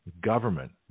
government